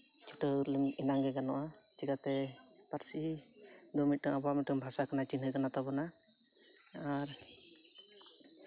ᱪᱷᱩᱴᱟᱹᱣᱞᱮ ᱮᱱᱟᱝᱜᱮ ᱜᱟᱱᱚᱜᱼᱟ ᱪᱤᱠᱟᱹᱛᱮ ᱯᱟᱹᱨᱥᱤ ᱫᱚ ᱟᱵᱚᱣᱟᱜ ᱢᱤᱫᱴᱟᱝ ᱵᱷᱟᱥᱟ ᱠᱟᱱᱟ ᱪᱤᱱᱦᱟᱹ ᱠᱟᱱᱟ ᱛᱟᱵᱚᱱᱟ ᱟᱨ